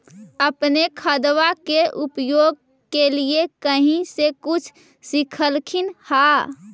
अपने खादबा के उपयोग के लीये कही से कुछ सिखलखिन हाँ?